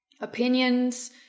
opinions